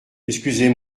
excusez